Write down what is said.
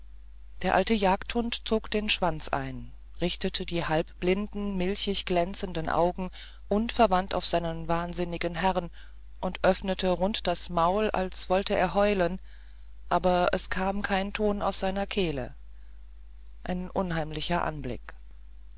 der alte jagdhund zog den schwanz ein richtete die halbblinden milchigglänzenden augen unverwandt auf seinen wahnsinnigen herrn und öffnete rund das maul als wollte er heulen aber es kam kein ton aus seiner kehle ein unheimlicher anblick